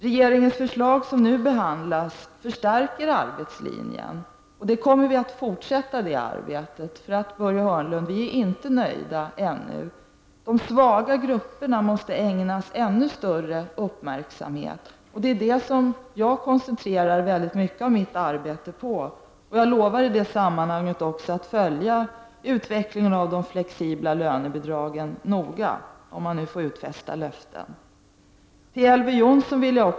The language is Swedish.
Det förslag från regeringen som nu behandlas kommer att förstärka arbetslinjen, men vi är ännu inte nöjda. De svaga grupperna måste ägnas ännu större uppmärksamhet. Det är detta som jag koncentrerar en stor del av mitt arbete på. Jag lovar att i detta sammanhang noga följa utvecklingen av de flexibla lönebidragen, om man nu får utfästa löften.